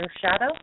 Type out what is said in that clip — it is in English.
Shadow